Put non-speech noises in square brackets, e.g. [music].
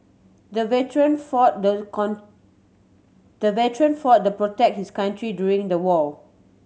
the veteran fought the [unintelligible] the veteran fought the protect his country during the war